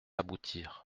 aboutir